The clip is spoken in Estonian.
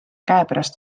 käepärast